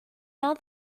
now